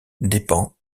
dépend